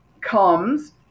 comes